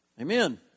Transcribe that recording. Amen